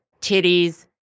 titties